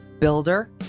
builder